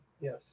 Yes